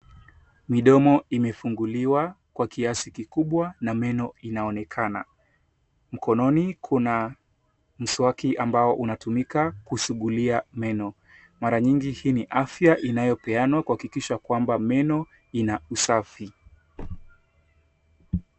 Midomo imefunguliwa kwa kiasi kikubwa na meno inaonekana. Mkononi kuna mswaki ambao unatumika kusugulia meno. Mara nyingi hii ni afya inayopeanwa kuhakikisha kwamba meno ina usafi.